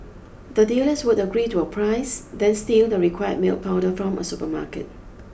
the dealers would agree to a price then steal the required milk powder from a supermarket